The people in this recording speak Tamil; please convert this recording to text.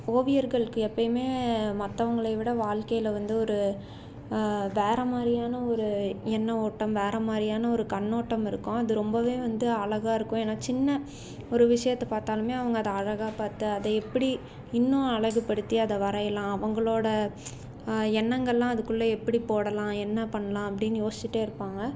ஓவியர்களுக்கு எப்போயுமே மத்தவங்களை விட வாழ்க்கையில் வந்து ஒரு வேறு மாதிரியான ஒரு எண்ண ஓட்டம் வேறு மாதிரியான ஒரு கண்ணோட்டம் இருக்கும் அது ரொம்பவே வந்து அழகாக இருக்கும் ஏன்னால் சின்ன ஒரு விஷயத்தை பார்த்தாலுமே அவங்க அதை அழகாக பார்த்து அதை எப்படி இன்னும் அழகுப்படுத்தி அதை வரையலாம் அவர்களோட எண்ணங்களெலாம் அதுக்குள்ளே எப்படி போடலாம் என்ன பண்ணலாம் அப்படின்னு யோசிச்சுகிட்டே இருப்பாங்க